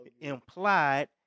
implied